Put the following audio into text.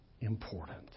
important